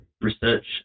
research